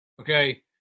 Okay